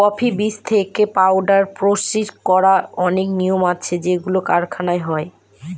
coffee বীজ থেকে powder process করার অনেক নিয়ম আছে যেগুলো কারখানায় হয়